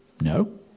No